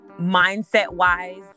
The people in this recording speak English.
mindset-wise